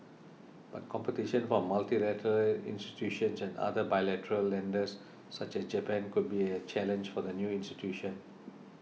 but competition from multilateral institutions and other bilateral lenders such as Japan could be challenge for the new institution